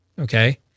okay